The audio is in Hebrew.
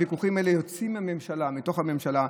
הוויכוחים האלה יוצאים מתוך הממשלה,